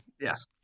yes